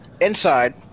inside